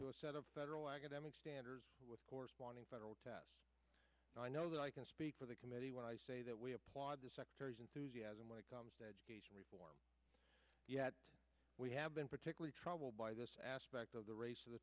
a set of federal academic standards with a corresponding federal test and i know that i can speak for the committee when i say that we applaud the secretary's enthusiasm when it comes to education reform yet we have been particularly troubled by this aspect of the race to the